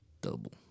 Double